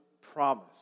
promise